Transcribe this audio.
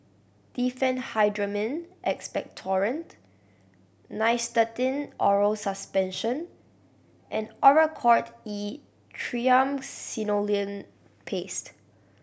Diphenhydramine Expectorant Nystatin Oral Suspension and Oracort E Triamcinolone Paste